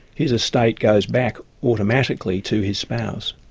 his estate goes back automatically to his spouse.